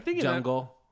Jungle